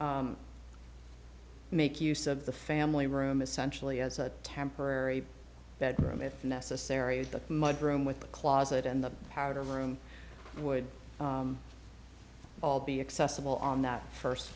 to make use of the family room essentially as a temporary bedroom if necessary is the mud room with the closet and the powder room would all be accessible on that first